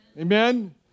Amen